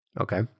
Okay